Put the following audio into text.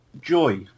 joy